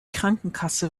krankenkasse